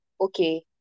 Okay